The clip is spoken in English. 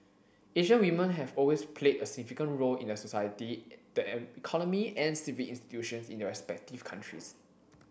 Asian women have always played a significant role in society the economy and civic institutions in their respective countries